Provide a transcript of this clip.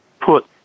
put